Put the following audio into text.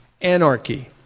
anarchy